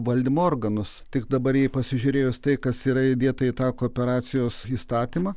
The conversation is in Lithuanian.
valdymo organus tik dabar pasižiūrėjus tai kas yra įdėta į tą kooperacijos įstatymą